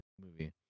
movie